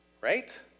right